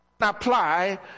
Apply